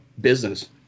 business